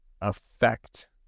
affect